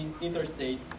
interstate